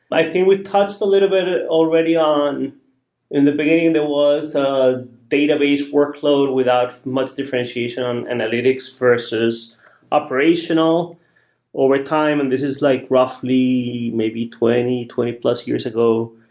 i think we've touched a little bit ah already in the beginning there was a database workload without much differentiation on analytics versus operational overtime, and this is like roughly maybe twenty, twenty plus years ago,